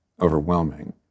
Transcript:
overwhelming